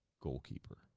goalkeeper